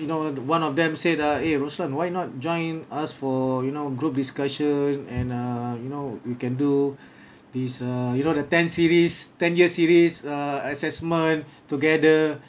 you know one of them said ah eh roslan why not join us for you know group discussion and err you know we can do this uh you know the ten series ten year series uh assessment together